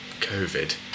COVID